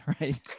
right